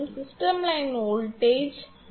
system line voltage இது b